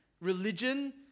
Religion